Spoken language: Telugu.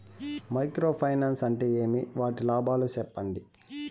మైక్రో ఫైనాన్స్ అంటే ఏమి? వాటి లాభాలు సెప్పండి?